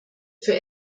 für